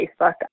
Facebook